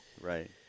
right